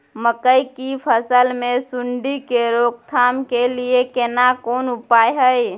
मकई की फसल मे सुंडी के रोक थाम के लिये केना कोन उपाय हय?